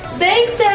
thanks